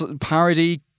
parody